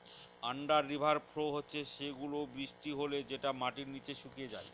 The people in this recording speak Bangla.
আন্ডার রিভার ফ্লো হচ্ছে সেগুলা বৃষ্টি হলে যেটা মাটির নিচে শুকিয়ে যায়